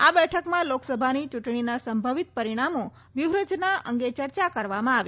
આ બેઠકમાં લોકસભાની ચૂંટણીના સંભવિત પરિણામો વ્યૂહરચના અંગે ચર્ચા કરવામાં આવી